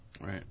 right